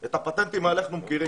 את הפטנטים האלה אנחנו מכירים.